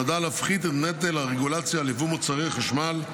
נועדה להפחית את נטל הרגולציה על יבוא מוצרי חשמל,